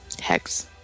hex